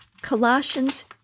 Colossians